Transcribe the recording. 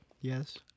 Yes